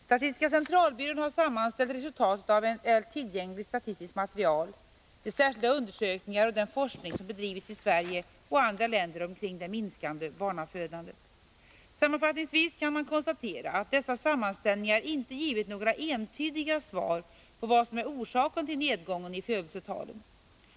Statistiska centralbyrån har sammanställt resultaten av tillgängligt statistiskt material, de särskilda undersökningar och den forskning som bedrivits i Sverige och andra länder omkring det minskande barnafödandet. Sammanfattningsvis kan man konstatera att dessa sammanställningar inte givit några entydiga svar på vad som är orsaken till nedgången i födelsetalen.